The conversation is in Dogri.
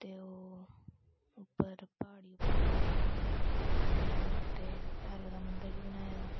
ते ओह् उप्पर प्हाड़ी उप्पर माता दा मंदर बी ऐ पिंडियां न उत्थै भैरो दा मंदर बी बनाए दा